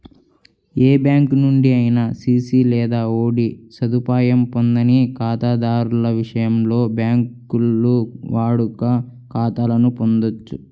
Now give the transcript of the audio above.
ఏ bank నుండి అయినా CC లేదా ఓడి సదుపాయం పొందని ఖాతాదారుల విషయంలో, బ్యాంకులు వాడుక ఖాతాలను పొందొచ్చు